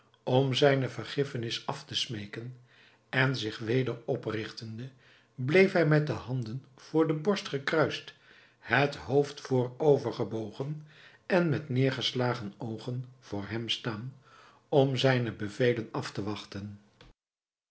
om zijne vergiffenis af te smeeken en zich weder oprigtende bleef hij met de handen voor de borst gekruist het hoofd voorover gebogen en met neêrgeslagen oogen voor hem staan om zijne bevelen af te wachten